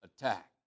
attack